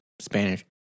Spanish